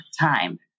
time